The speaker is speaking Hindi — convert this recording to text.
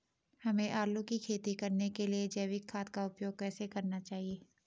हमें आलू की खेती करने के लिए जैविक खाद का उपयोग कैसे करना चाहिए?